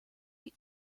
eat